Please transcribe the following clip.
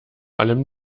allem